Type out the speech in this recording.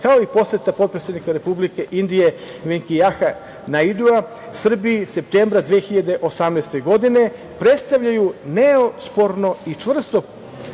kao i poseta potpredsednika Republike Indije Venkajem Naiduom Srbiji septembra 2018. godine predstavljaju neosporno i čvrsto